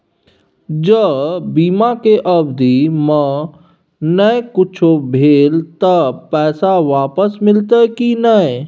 ज बीमा के अवधि म नय कुछो भेल त पैसा वापस मिलते की नय?